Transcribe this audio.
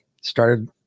started